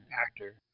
actor